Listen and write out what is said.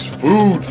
food